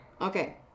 Okay